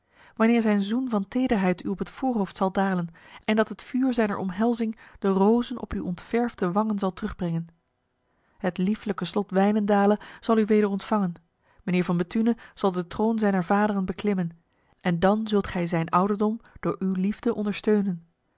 wanneer zijn zoen van tederheid u op het voorhoofd zal dalen en dat het vuur zijner omhelzing de rozen op uw ontverfde wangen zal terugbrengen het lieflijke slot wijnendale zal u weder ontvangen mijnheer van bethune zal de troon zijner vaderen beklimmen en dan zult gij zijn ouderdom door uw liefde ondersteunen